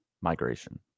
Migration